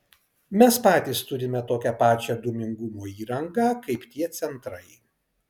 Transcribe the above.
mes patys turime tokią pačią dūmingumo įrangą kaip tie centrai